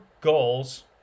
goals